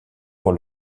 pour